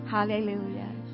Hallelujah